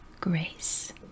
grace